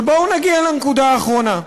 ובואו נגיע לנקודה האחרונה.